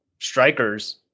strikers